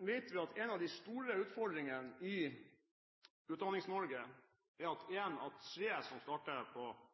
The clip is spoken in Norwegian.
Vi vet at en av de store utfordringene i Utdannings-Norge, er at